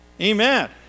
Amen